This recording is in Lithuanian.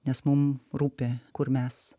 nes mum rūpi kur mes